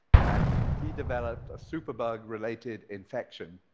and he developed a superbug-related infection,